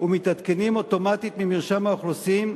ומתעדכנים אוטומטית במרשם האוכלוסין,